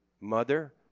mother